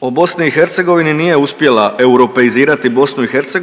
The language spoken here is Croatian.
o BiH nije uspjela europeizirati BiH,